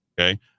okay